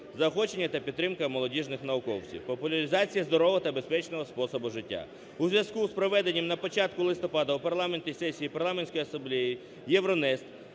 заохочення та підтримка молодіжних науковців; популяризація здорового та безпечного способу життя. У зв'язку з проведенням на початку листопада в парламенті сесії Парламентської асамблеї ЄВРОНЕСТ